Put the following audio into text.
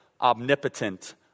omnipotent